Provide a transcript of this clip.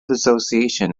association